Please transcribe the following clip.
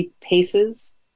Paces